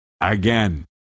Again